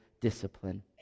discipline